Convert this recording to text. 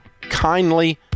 kindly